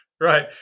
Right